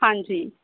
ਹਾਂਜੀ